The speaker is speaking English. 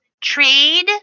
trade